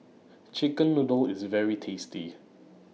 Chicken Noodles IS very tasty